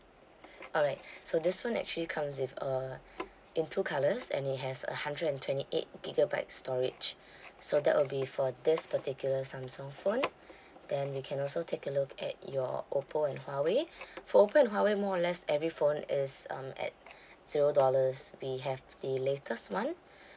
alright so this phone actually comes with a in two colours and it has a hundred and twenty eight gigabyte storage so that will be for this particular samsung phone then we can also take a look at your oppo and huawei for oppo and huawei more or less every phone is um at zero dollars we have the latest [one]